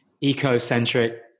eco-centric